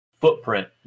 footprint